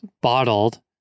bottled